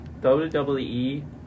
wwe